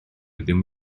ddim